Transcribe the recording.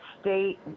state